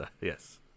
yes